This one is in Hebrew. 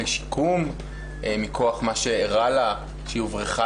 לשיקום מכוח מה שאירע לה שהיא הוברחה